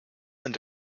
and